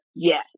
Yes